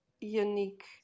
unique